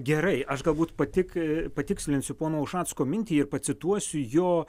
gerai aš galbūt patik patikslinsiu pono ušacko mintį ir pacituosiu jo